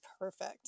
perfect